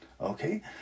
okay